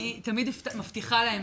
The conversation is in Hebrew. אני תמיד מבטיחה להם